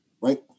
right